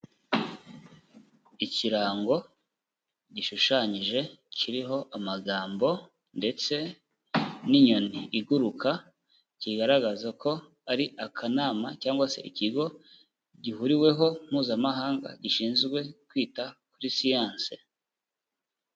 Ikirango gishushanyije kiriho amagambo ndetse n'inyoni iguruka, kigaragaza ko ari akanama cyangwa se ikigo gihuriweho mpuzamahanga gishinzwe kwita kuri Siyansi.